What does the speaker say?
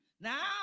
Now